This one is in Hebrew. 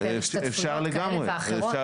פר השתתפויות כאלה ואחרות?